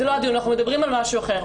אנחנו מדברים על משהו אחר.